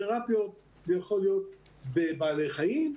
תרפיות זה יכול להיות בבעלי חיים,